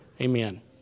Amen